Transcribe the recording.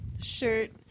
shirt